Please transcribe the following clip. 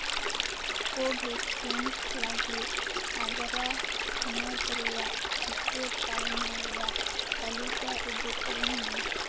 Covaxin ᱞᱟᱹᱜᱤᱫ ᱟᱜᱽᱨᱟ ᱦᱚᱱᱚᱛ ᱨᱮᱭᱟᱜ ᱴᱤᱠᱟᱹ ᱛᱟᱞᱢᱟ ᱨᱮᱭᱟᱜ ᱛᱟᱹᱞᱤᱠᱟ ᱩᱫᱩᱜ ᱟᱹᱧᱢᱮ